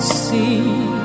see